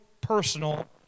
personal